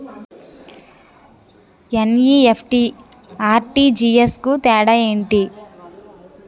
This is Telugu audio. ఎన్.ఈ.ఎఫ్.టి, ఆర్.టి.జి.ఎస్ కు తేడా ఏంటి?